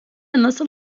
nasıl